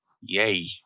yay